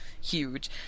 huge